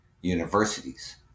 Universities